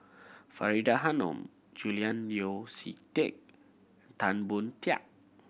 Faridah Hanum Julian Yeo See Teck Tan Boon Teik